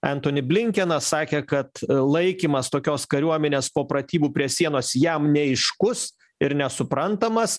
entoni blinkenas sakė kad laikymas tokios kariuomenės po pratybų prie sienos jam neaiškus ir nesuprantamas